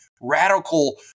radical